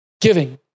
Giving